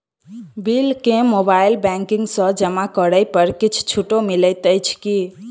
Bill केँ mobile banking सँ जमा करै पर किछ छुटो मिलैत अछि की?